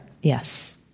yes